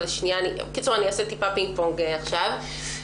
אני אעשה פינג-פונג עכשיו.